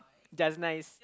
just nice